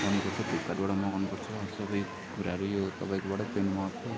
गर्नुपर्छ फ्लिपकार्टबाट मगाउनुपर्छ सबै कुराहरू यो तपाईँकोबाट प्यान्ट मगाएको थिएँ